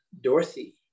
Dorothy